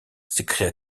s’écria